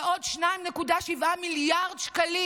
לעוד 2.7 מיליארד שקלים.